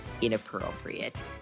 inappropriate